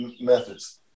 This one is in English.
methods